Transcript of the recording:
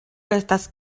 estas